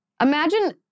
Imagine